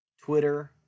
Twitter